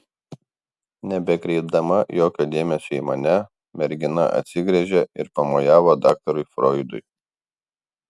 nebekreipdama jokio dėmesio į mane mergina atsigręžė ir pamojavo daktarui froidui